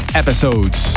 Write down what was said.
episodes